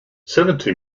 seventy